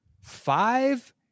Five